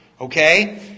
Okay